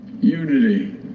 unity